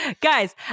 guys